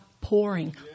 pouring